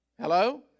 Hello